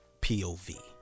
POV